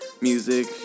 music